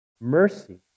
Mercy